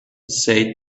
said